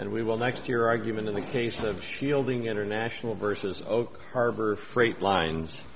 and we will next year argument in the case of shielding international versus oak harbor freight lines